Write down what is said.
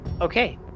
okay